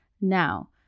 now